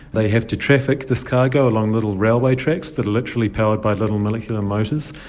they have to traffic this cargo along little railway tracks that are literally powered by little molecular motors.